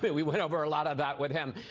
but we went over a lot of that with him.